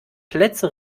plätze